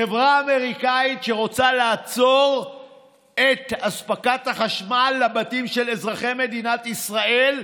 חברה אמריקנית שרוצה לעצור את אספקת החשמל לבתים של אזרחי מדינת ישראל.